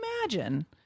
imagine